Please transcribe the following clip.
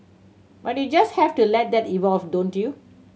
but you just have to let that evolve don't you